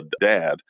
dad